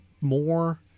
more